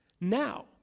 now